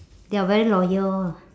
they are very loyal ah